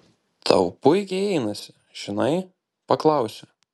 tau puikiai einasi žinai paklausė